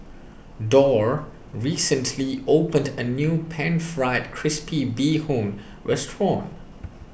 Dorr recently opened a new Pan Fried Crispy Bee Hoon restaurant